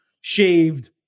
shaved